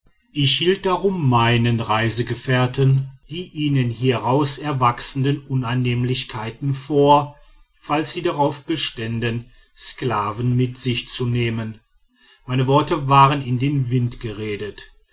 ich hielt darum meinen reisegefährten die ihnen hieraus erwachsenden unannehmlichkeiten vor falls sie darauf beständen sklaven mit sich zu nehmen meine worte waren in den wind geredet